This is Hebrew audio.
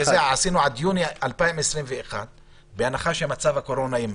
עשינו עד יוני 2021 בהנחה שמצב הקורונה יימשך.